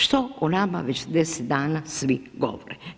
Što o nama već 10 dana svi govore?